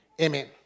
Amen